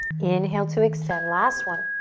inhale to extend, last one.